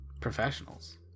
professionals